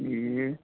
ए